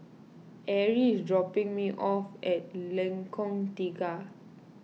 Arie is dropping me off at Lengkong Tiga